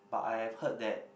but I have heard that